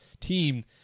team